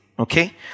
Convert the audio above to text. Okay